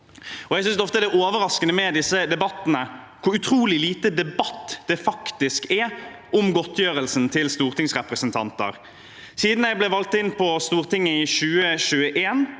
det er overraskende med disse debattene hvor utrolig lite debatt det faktisk er om godtgjørelsen til stortingsrepresentanter. Siden jeg ble valgt inn på Stortinget i 2021,